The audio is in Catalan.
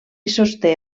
sosté